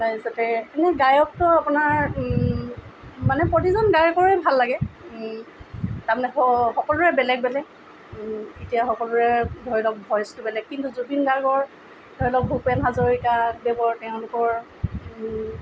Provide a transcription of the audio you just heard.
তাৰ পিছতে কোনো গায়কতো আপোনাৰ মানে প্ৰতিজন গায়কৰে ভাল লাগে তাৰমানে সকলোৰে বেলেগ বেলেগ এতিয়া সকলোৰে ধৰি লওক ভইচটো বেলেগ কিন্তু জুবিন গাৰ্গৰ ধৰি লওক ভূপেন হাজৰিকাদেৱৰ তেওঁলোকৰ